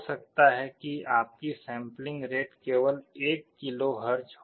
हो सकता है कि आपकी सैंपलिंग रेट केवल 1 किलोहर्ट्ज हो